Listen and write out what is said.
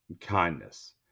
kindness